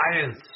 SCIENCE